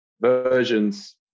versions